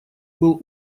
был